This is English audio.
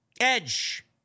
Edge